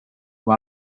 from